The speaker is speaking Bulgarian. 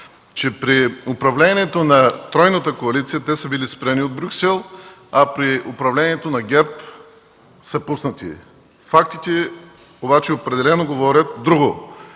че при управлението на тройната коалиция те са били спрени от Брюксел, а при управлението на ГЕРБ са пуснати. Фактите обаче определено говорят друго: